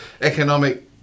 economic